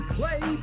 play